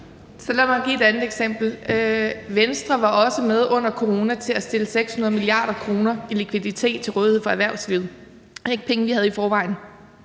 Så lad mig give et andet eksempel. Venstre var også under corona med til at stille 600 mia. kr. i likviditet til rådighed for erhvervslivet. Det var ikke penge, vi havde i forvejen,